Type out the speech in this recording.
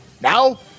Now